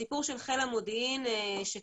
הסיפור של חיל המודיעין שקיים,